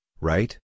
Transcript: right